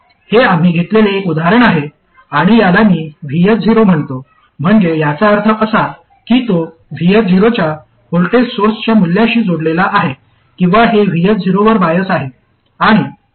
हे आम्ही घेतलेले एक उदाहरण आहे आणि याला मी VS0 म्हणतो म्हणजे याचा अर्थ असा की तो VS0 च्या व्होल्टेज सोर्सच्या मूल्याशी जोडलेला आहे किंवा हे VS0 वर बायस आहे